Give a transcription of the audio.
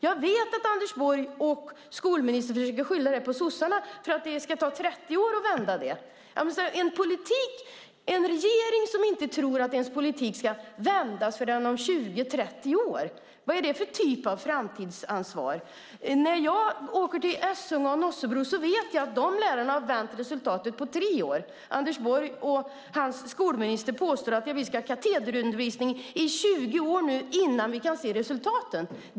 Jag vet att Anders Borg och skolministern försöker skylla det på sossarna eftersom det ska ta 30 år att vända på detta. Men vad är det för typ av framtidsansvar med en regering som inte tror att deras politik ska leda till en vändning förrän om 20-30 år? När jag åker till Nossebro i Essunga vet jag att lärarna där har vänt resultatet på tre år. Anders Borg och hans skolminister påstår att vi ska ha katederundervisning i 20 år innan vi kan se resultaten.